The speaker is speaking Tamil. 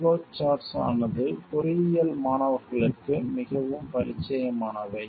ஃப்ளோ சார்ட்ஸ் ஆனது பொறியியல் மாணவர்களுக்கு மிகவும் பரிச்சயமானவை